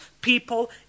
people